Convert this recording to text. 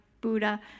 Buddha